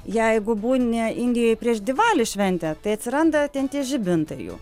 jeigu būni indijoj prieš divalį šventę tai atsiranda ten tie žibintai jų